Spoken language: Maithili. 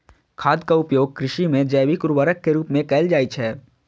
खादक उपयोग कृषि मे जैविक उर्वरक के रूप मे कैल जाइ छै